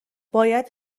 باید